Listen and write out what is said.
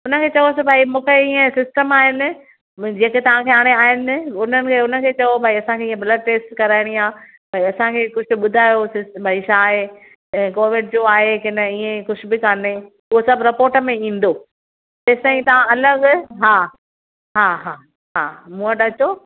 हुनखे चओसि भाई मूंखे हीअं सिस्टम आहिनि मुंहिंजे जेके तव्हांखे हाणे आहिनि हुन में हुनखे चओ भाई असांखे हीअं ब्लड टेस्ट कराइणी आहे त असांखे कुझु ॿुधायोसि भाई छा आहे इहे कोविड जो आहे की न ईअं ई कुझु बि काने उहो सभु रिपोर्ट में ईंदो जेसि ताईं तव्हां अलॻि हा हा हा हा मूं वटि अचो